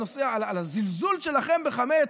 על הזלזול שלכם בחמץ,